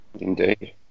Indeed